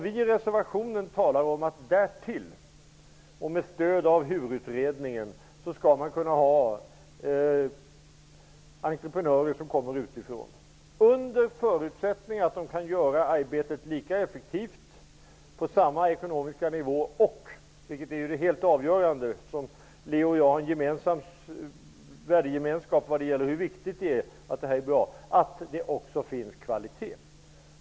I reservationen talar vi om att man därtill och med stöd av HUR-utredningen skall kunna anlita entreprenörer utifrån under förutsättning att de kan utföra arbetet lika effektivt på samma ekonomiska villkor och -- vilket är helt avgörande, eftersom Leo Persson och jag har en värdegemenskap när det gäller hur viktigt det är att detta blir bra -- att det finns kvalitet.